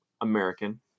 American